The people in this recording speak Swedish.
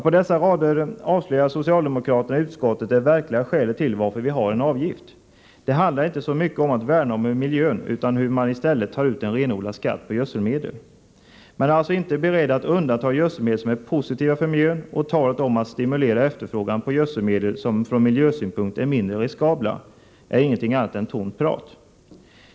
På dessa rader avslöjar socialdemokraterna i utskottet det verkliga skälet till att vi har en avgift. Det handlar inte så mycket om att värna om miljön utan om hur man i stället tar ut en renodlad skatt på gödselmedel. Man är alltså inte beredd att undanta gödselmedel som är positiva för miljön, och talet om att stimulera efterfrågan på gödselmedel som från miljösynpunkt är mindre riskabla är ingenting annat än tomt prat.